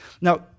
Now